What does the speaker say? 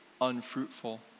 unfruitful